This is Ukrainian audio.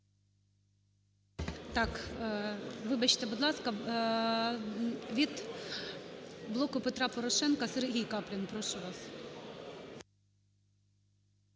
вибачте, будь ласка. Від "Блоку Петра Порошенка" Сергій Каплін.